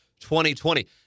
2020